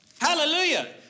Hallelujah